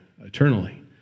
eternally